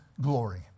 glory